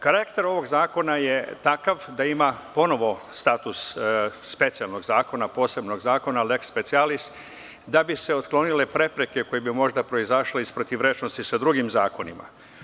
Karakter ovog zakona je takav da ima ponovo status specijalnog zakona, posebnog zakona, „lex specialis“, da bi se otklonile prepreke koje bi možda proizašle iz protivrečnosti sa drugim zakonima.